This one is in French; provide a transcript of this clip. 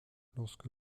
lorsque